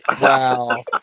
Wow